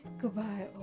goodbye